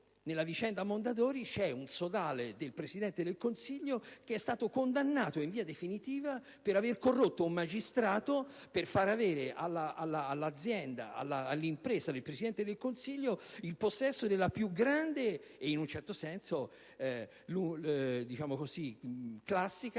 nella vicenda Mondadori, c'è un sodale del Presidente del Consiglio che è stato condannato in via definitiva per aver corrotto un magistrato per far ottenere all'impresa del Presidente del Consiglio il possesso della più grande e, in un certo senso, classica